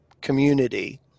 community